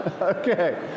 Okay